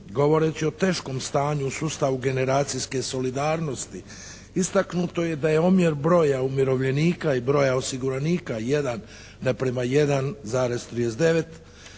Govoreći o teškom stanju u sustavu generacijske solidarnosti istaknuto je da je omjer broja umirovljenika i broja osiguranika 1:1,39.